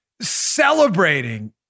celebrating